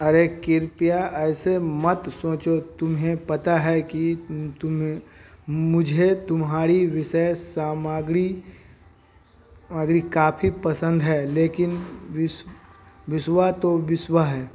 अरे कृपया ऐसे मत सोचों तुम्हें पता है कि तुम मुझे तुमहाड़ी विषय सामग्री मागड़ी काफ़ी पसंद हे लेकिन बिस विश्व तो विश्व है